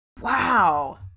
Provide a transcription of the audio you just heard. Wow